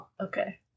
Okay